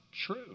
true